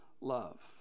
love